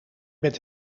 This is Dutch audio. bent